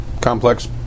complex